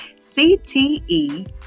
CTE